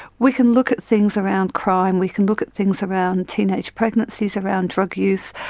we can look at things around crime, we can look at things around teenage pregnancies, around drug use.